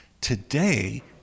Today